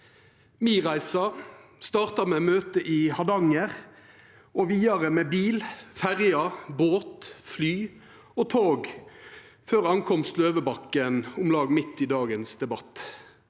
Mi reise starta med møte i Hardanger og vidare med bil, ferje, båt, fly og tog før eg kom til Løvebakken om lag midt i dagens debatt.